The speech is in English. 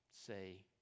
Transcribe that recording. say